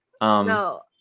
no